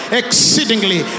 exceedingly